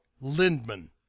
Lindman